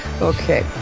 Okay